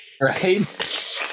Right